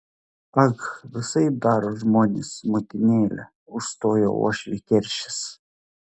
ag visaip daro žmonės motinėle užstojo uošvį keršis